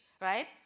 right